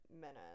minute